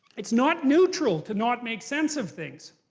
it's not neutral to not make sense of things.